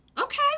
okay